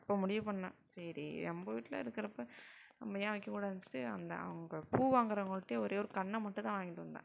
அப்போ முடிவு பண்ணிணேன் சரி நம்ப வீட்டில் இருக்கிறப்ப நம்ப ஏன் வைக்கக்கூடாதுன்னு சொல்லி அந்த அவங்க பூ வாங்குறவங்கள்கிட்டே ஒரே ஒரு கன்றை மட்டும்தான் வாங்கிட்டு வந்தேன்